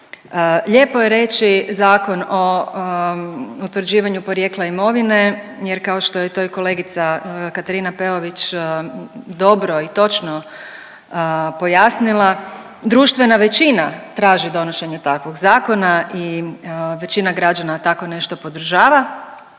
Lijepo je reći Zakon o utvrđivanju porijekla imovine jer kao što je to i kolegica Katarina Peović dobro i točno pojasnila društvena većina traži donošenje takvog zakona i većina građana tako nešto podržava.